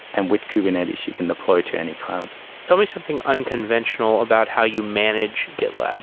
and with kubernetes, you can deploy to any cloud tell me something unconventional about how you manage gitlab